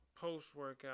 post-workout